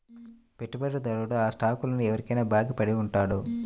పెట్టుబడిదారుడు ఆ స్టాక్లను ఎవరికైనా బాకీ పడి ఉంటాడు